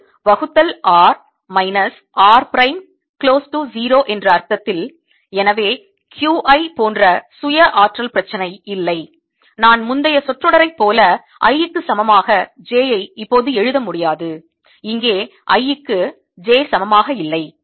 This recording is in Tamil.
இது வகுத்தல் r minus r prime close to 0 என்ற அர்த்தத்தில் எனவே Q i போன்ற சுய ஆற்றல் பிரச்சினை இல்லை நான் முந்தைய சொற்றொடரைப் போல i க்கு சமமாக j ஐ இப்போது எழுத முடியாது இங்கே i க்கு j சமமாக இல்லை